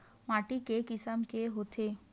माटी के किसम के होथे?